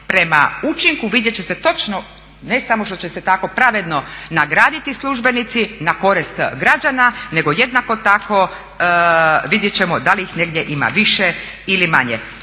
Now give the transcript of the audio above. prema učinku vidjet će se točno ne samo što će se tako pravedno nagraditi službenici na korist građana, nego jednako tako vidjet ćemo da li ih negdje ima više ili manje.